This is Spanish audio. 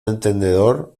entendedor